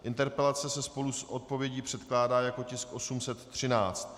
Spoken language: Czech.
Interpelace se spolu s odpovědí předkládá jako tisk 813.